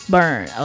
Burn